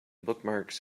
bookmarks